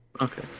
Okay